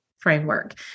framework